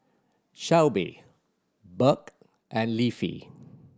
Shelbi Burk and Leafy